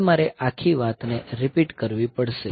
હવે મારે આખી વાતને રિપીટ કરવી પડશે